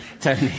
Tony